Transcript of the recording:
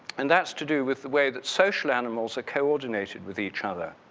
and that's to do with the way that social animals are coordinated with each other.